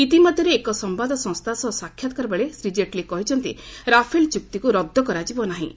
ଇତିମଧ୍ୟରେ ଏକ ସମ୍ଭାଦସଂସ୍ଥା ସହ ସାକ୍ଷାତ୍କାରବେଳେ ଶ୍ରୀ ଜେଟ୍ଲୀ କହିଛନ୍ତି ରାଫେଲ୍ ଚୁକ୍ତିକୁ ରଦ୍ଦ କରାଯିବ ନାହିଁ